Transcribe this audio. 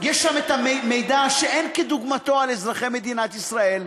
יש שם המידע שאין כדוגמתו על אזרחי מדינת ישראל.